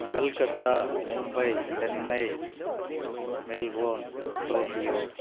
calcutta Mumbai Chennai Melbourne Tokyo